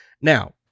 Now